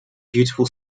beautiful